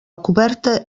coberta